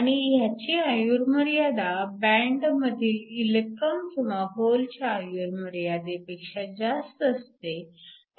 आणि ह्याची आयुर्मर्यादा बँड मधील इलेक्ट्रॉन किंवा होलच्या आयुर्मर्यादेपेक्षा जास्त असते